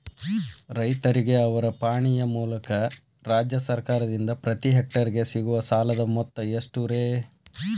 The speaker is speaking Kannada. ರೈತರಿಗೆ ಅವರ ಪಾಣಿಯ ಮೂಲಕ ರಾಜ್ಯ ಸರ್ಕಾರದಿಂದ ಪ್ರತಿ ಹೆಕ್ಟರ್ ಗೆ ಸಿಗುವ ಸಾಲದ ಮೊತ್ತ ಎಷ್ಟು ರೇ?